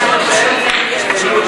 יש לך שלוש